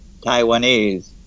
Taiwanese